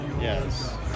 Yes